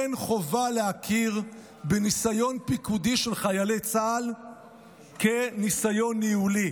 אין חובה להכיר בניסיון פיקודי של חיילי צה"ל כניסיון ניהולי.